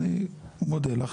אני מודה לך,